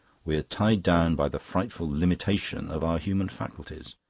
we are tied down by the frightful limitation of our human faculties,